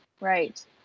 right